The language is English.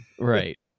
Right